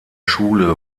schule